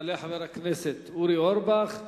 יעלה חבר הכנסת אורי אורבך,